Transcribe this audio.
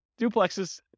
duplexes